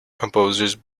composers